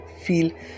feel